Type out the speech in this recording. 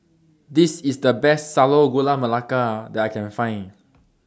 This IS The Best Sago Gula Melaka that I Can Find